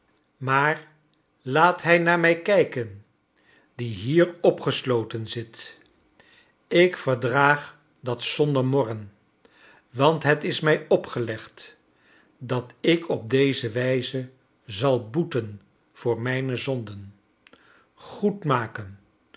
maar laat hij naar mij kijken die bier opgesloten zit ik verdraag dat zonder morren want bet is mij opgelegd dat ik op deze wijze zal boeten voor mijne zonden